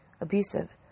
abusive